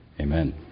amen